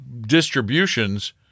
distributions